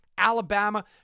Alabama